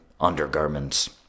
undergarments